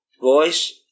Voice